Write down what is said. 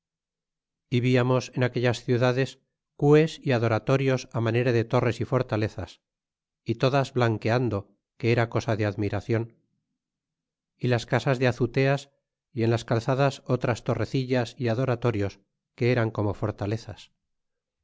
viamos en aquellas ciudades cues é adoratorios a manera de torres a fortalezas y todas blanqueando que era cosa de admiracion y las casas de azuteas y en las calzadas otras torrecillas é adoratorios que eran como fortalezas